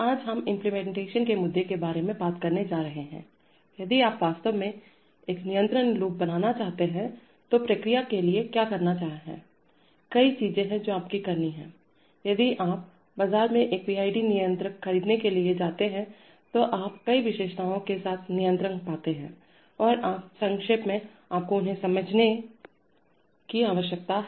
आज हम इम्प्लीमेंटेशन के मुद्दे के बारे में बात करने जा रहे हैं यदि आप वास्तव में एक नियंत्रण लूप बनाना चाहते हैं तो प्रक्रिया के लिए क्या करना है कई चीजें हैं जो आपको करनी हैं यदि आप बाजार में एक पीआईडी नियंत्रक खरीदने के लिए जाते हैं तो आप कई विशेषताओं के साथ नियंत्रक पाते हैं और आप संक्षेप में आपको उन्हें समझने की आवश्यकता है